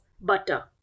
butter